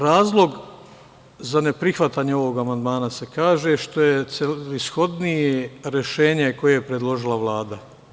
Razlog za neprihvatanje ovog amandmana – zato što je celishodnije rešenje koje je predložila Vlada.